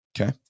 Okay